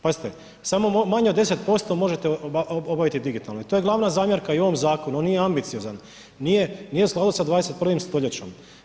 Pazite, samo manje od 10% možete obaviti digitalno i to je glavna zamjerka i u ovom zakonu, on nije ambiciozan, nije u skladu sa 21. st.